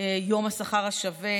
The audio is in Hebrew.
יום השכר השווה